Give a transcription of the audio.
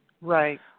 Right